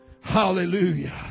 Hallelujah